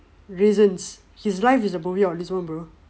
reasons his life is a movie on it's own bro